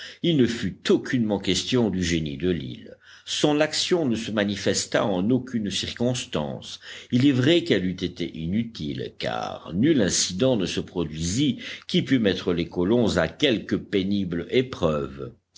il ne fut aucunement question du génie de l'île son action ne se manifesta en aucune circonstance il est vrai qu'elle eût été inutile car nul incident ne se produisit qui put mettre les colons à quelque pénible épreuve